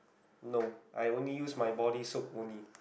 no I only use my body soap only